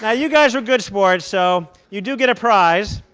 yeah you guys were good sports, so you do get a prize.